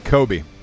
Kobe